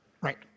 Right